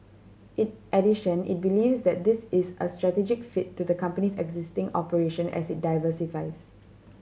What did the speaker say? in addition it believes that this is a strategic fit to the company's existing operation as it diversifies